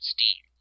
Steam